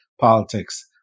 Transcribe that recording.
politics